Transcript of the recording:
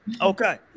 okay